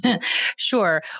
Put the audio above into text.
Sure